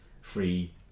free